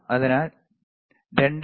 അതിനാൽ 2